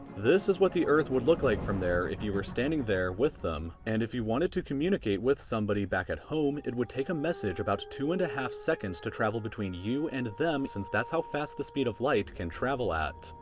this is what the earth would look like from there, if you were standing there with them. and if you wanted to communicate with somebody back at home, it would take a message about two and one two seconds to travel between you and them since that's how fast the speed of light can travel at.